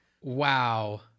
Wow